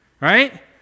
right